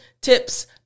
tips